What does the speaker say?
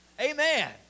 Amen